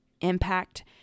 impact